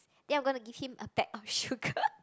then I'm gonna give him a pack of sugar